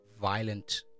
violent